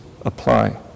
apply